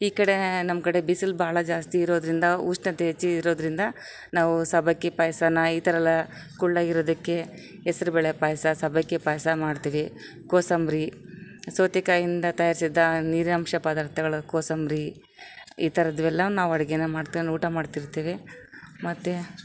ಈ ಕಡೇ ನಮ್ಮ ಕಡೆ ಬಿಸಿಲು ಭಾಳ ಜಾಸ್ತಿ ಇರೋದ್ರಿಂದ ಉಷ್ಣತೆ ಹೆಚ್ಚು ಇರೋದ್ರಿಂದ ನಾವು ಸಬ್ಬಕ್ಕಿ ಪಾಯ್ಸ ಈ ಥರೆಲ್ಲಾ ಕೂಲ್ಡಾಗಿ ಇರೊದಕ್ಕೇ ಹೆಸ್ರು ಬೇಳೆ ಪಾಯಸ ಸಬ್ಬಕ್ಕಿ ಪಾಯಸ ಮಾಡ್ತಿವಿ ಕೋಸಂಬರಿ ಸೌತೆಕಾಯಿಂದ ತಯಾರಿಸಿದ ನೀರಿನಾಂಶ ಪದಾರ್ಥಗಳ್ ಕೋಸಂಬರಿ ಈ ಥರದ್ವೆಲ್ಲ ನಾವು ಅಡ್ಗೆ ಮಾಡ್ತೆವೆ ಊಟ ಮಾಡ್ತಿರ್ತಿವಿ ಮತ್ತು